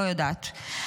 לא יודעת.